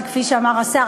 שכפי שאמר השר,